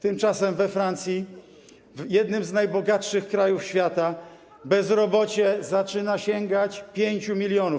Tymczasem we Francji, w jednym z najbogatszych krajów świata, bezrobocie zaczyna sięgać 5 mln.